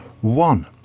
One